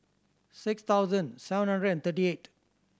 six thousand seven hundred and thirty eight